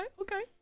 okay